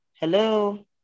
hello